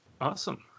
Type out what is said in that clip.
Awesome